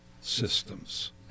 Systems